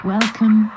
Welcome